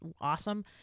awesome